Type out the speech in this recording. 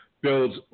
builds